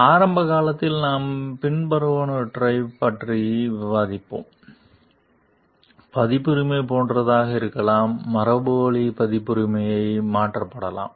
ஆரம்பகாலத்தில் நாம் பின்வருவனவற்றைப் பற்றி விவாதிப்போம் பதிப்புரிமை போன்றதாக இருக்கலாம் மரபுவழி பதிப்புரிமையும் மாற்றப்படலாம்